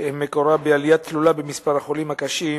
שמקורה בעלייה תלולה במספר החולים הקשים,